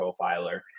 Profiler